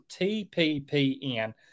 TPPN